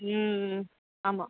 ம் ஆமாம்